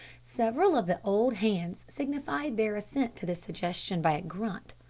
several of the old hands signified their assent to this suggestion by a grunt,